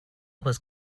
was